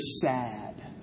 sad